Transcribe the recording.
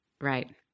Right